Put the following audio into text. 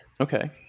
Okay